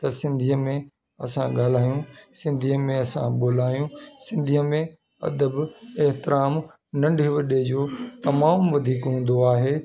त सिंधीअ में असां ॻाल्हायूं सिंधीअ में असां ॿोलाइयूं सिंधीअ में अदब एतराम नंढे वॾे जो तमामु वधीक हूंदो आहे